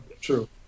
true